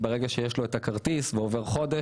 ברגע שיש לו את הכרטיס ועובר חודש,